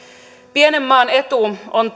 pienen maan etu on